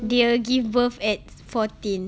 they will give birth at fourteen